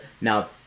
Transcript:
now